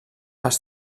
els